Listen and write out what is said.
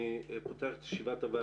בוקר טוב, אני פותח את ישיבת הוועדה.